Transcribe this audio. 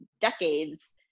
decades